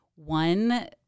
One